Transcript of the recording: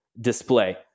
display